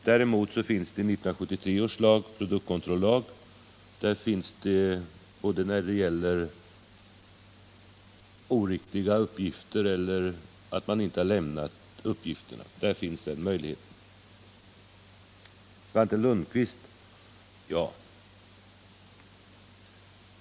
Däremot finns det sådana möjligheter enligt 1973 års produktkontrollag, både när det lämnas oriktiga uppgifter och när uppgifter inte lämnas.